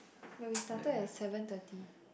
but we started at seven thirty